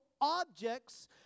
objects